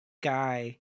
guy